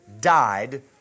died